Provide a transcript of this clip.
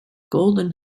golden